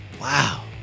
wow